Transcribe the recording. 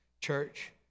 church